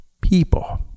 people